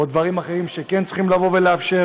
או דברים אחרים שכן צריכים לאפשר.